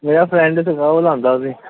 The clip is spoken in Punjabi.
ਮੇਰਾ ਫਰੈਂਡ ਸੀਗਾ ਉਹ ਲਾਂਦਾ ਸੀ